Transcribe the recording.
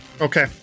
Okay